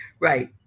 right